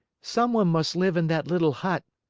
someone must live in that little hut,